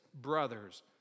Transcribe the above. brothers